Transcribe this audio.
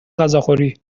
غذاخوری